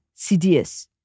CDS